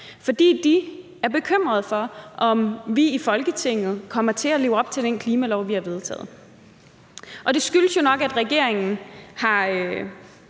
fordi de er bekymrede for, om vi i Folketinget kommer til at leve op til den klimalov, vi har vedtaget. Og det skyldes jo nok, at regeringen har